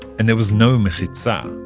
and there was no mechitzah.